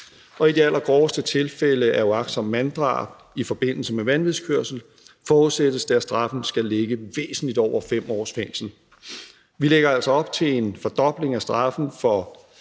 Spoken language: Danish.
Og i de allergroveste tilfælde af uagtsomt manddrab i forbindelse med vanvidskørsel forudsættes det, at straffen skal ligge væsentligt over 5 års fængsel. Vi lægger også op til en fordobling af straffen for